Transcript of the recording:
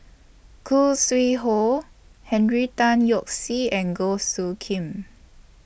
Khoo Sui Hoe Henry Tan Yoke See and Goh Soo Khim